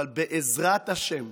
אבל בעזרת השם,